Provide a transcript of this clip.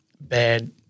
bad